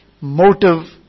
motive